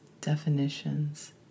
definitions